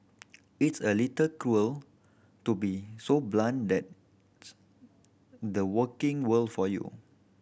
it's a little cruel to be so blunt that's the working world for you